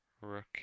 rook